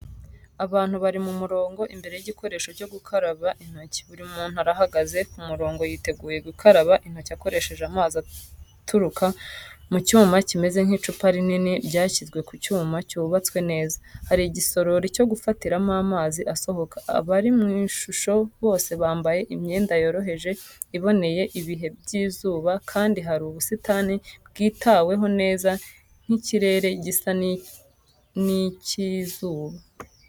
Abantu bari mu murongo imbere y’igikoresho cyo gukaraba intoki. Buri muntu arahagaze ku murongo yiteguye gukaraba intoki akoresheje amazi aturuka mu cyuma kimeze nk’icupa rinini ryashyizwe ku cyuma cyubatswe neza. Hari igisorori cyo gufatiramo amazi asohoka. Abari mu ishusho bose bambaye imyenda yoroheje iboneye ibihe by’izuba, kandi hari ubusitani bwitaweho neza n’ikirere gisa n’icy’izuba.